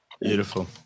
Beautiful